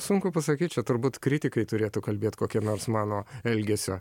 sunku pasakyt čia turbūt kritikai turėtų kalbėt kokia nors mano elgesio